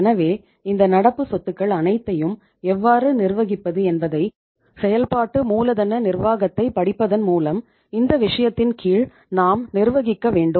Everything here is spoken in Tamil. எனவே இந்த நடப்பு சொத்துக்கள் அனைத்தையும் எவ்வாறு நிர்வகிப்பது என்பதை செயல்பாட்டு மூலதன நிர்வாகத்தைப் படிப்பதன் மூலம் இந்த விஷயத்தின் கீழ் நாம் நிர்வகிக்க வேண்டும்